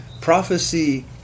prophecy